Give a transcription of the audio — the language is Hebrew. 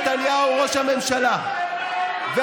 הבטחנו לו את בנימין נתניהו ראש הממשלה,